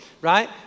right